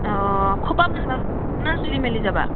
অঁ খোপা বান্ধবা না চুলি মেলি যাবা